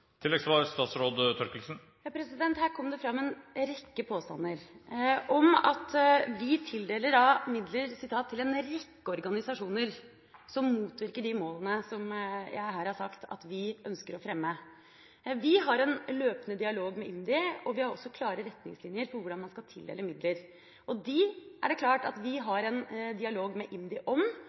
Her kom det fram en rekke påstander om at vi tildeler midler gjennom «en rekke organisasjoner» som motarbeider de målene som jeg her har sagt at vi ønsker å fremme. Vi har en løpende dialog med IMDi. Vi har også klare retningslinjer for hvordan man skal tildele midler, og disse er det klart at vi har en dialog med IMDi om,